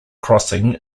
crossing